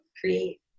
create